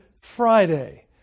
Friday